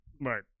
right